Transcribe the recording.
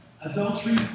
adultery